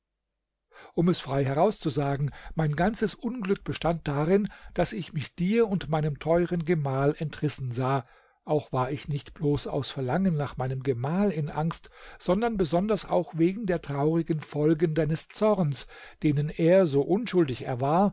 um es frei herauszusagen mein ganzes unglück bestand darin daß ich mich dir und meinem teuren gemahl entrissen sah auch war ich nicht bloß aus verlangen nach meinem gemahl in angst sondern besonders auch wegen der traurigen folgen deines zorns denen er so unschuldig er war